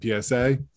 PSA